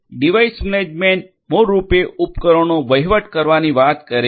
device management મૂળરૂપે ઉપકરણોનો વહીવટ કરવાની વાત કરે છે